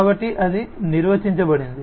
కాబట్టి అది నిర్వచించబడింది